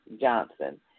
Johnson